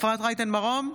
אפרת רייטן מרום,